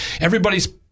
everybody's